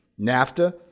NAFTA